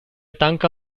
tanca